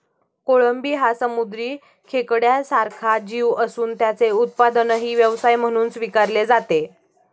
कोळंबी हा समुद्री खेकड्यासारखा जीव असून त्याचे उत्पादनही व्यवसाय म्हणून स्वीकारले जाते